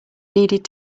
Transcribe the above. needed